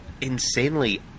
insanely